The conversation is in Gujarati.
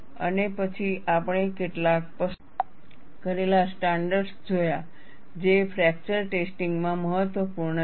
અને પછી આપણે કેટલાક પસંદ કરેલા સ્ટાન્ડર્ડ્સ જોયા જે ફ્રૅક્ચર ટેસ્ટિંગમાં મહત્વપૂર્ણ છે